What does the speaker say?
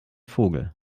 vogel